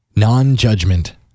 Non-judgment